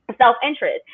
self-interest